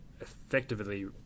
effectively